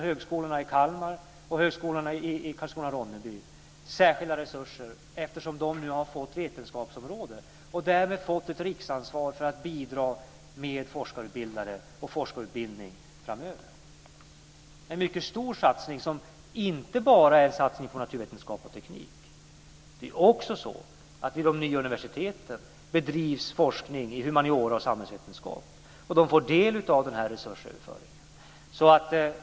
Högskolan i Kalmar och högskolan i Karlskrona/Ronneby får också särskilda resurser eftersom de nu har fått vetenskapsområde och därmed ett riksansvar för att bidra med forskarutbildare och forskarutbildning framöver. Det är alltså fråga om en mycket stor satsning som inte bara är en satsning på naturvetenskap och teknik. Vid de nya universiteten bedrivs forskning i humaniora och samhällsvetenskap, och de får del av denna resursöverföring.